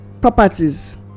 properties